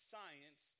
Science